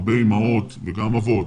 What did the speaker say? הרבה אימהות וגם אבות